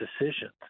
decisions